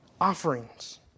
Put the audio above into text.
offerings